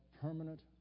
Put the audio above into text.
permanent